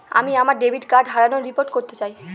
আমি আমার debit card হারানোর রিপোর্ট করতে চাই